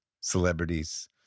celebrities